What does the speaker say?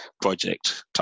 project